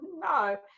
no